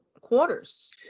quarters